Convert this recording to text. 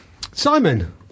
Simon